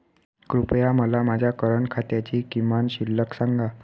कृपया मला माझ्या करंट खात्याची किमान शिल्लक सांगा